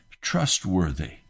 trustworthy